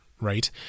Right